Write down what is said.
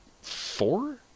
four